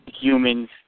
humans